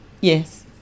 yes